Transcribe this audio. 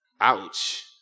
Ouch